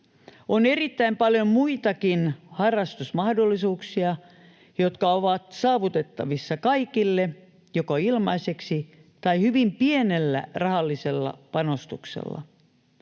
On erittäin paljon muitakin harrastusmahdollisuuksia, jotka ovat saavutettavissa kaikille joko ilmaiseksi tai hyvin pienellä rahallisella panostuksella.